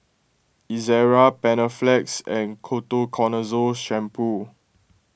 Ezerra Panaflex and Ketoconazole Shampoo